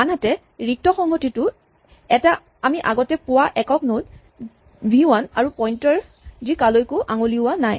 আনহাতে একক সংহতিটো এটা আমি আগতে পোৱা একক নড ভি ৱান আৰু পইন্টাৰ যি কালৈকো আঙুলিওৱা নাই